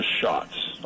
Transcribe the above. shots